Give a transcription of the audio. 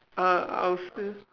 uh I'll say